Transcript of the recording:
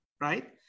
right